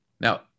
Now